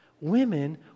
women